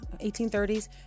1830s